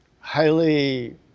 highly